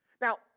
now